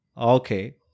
Okay